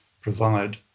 provide